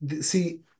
see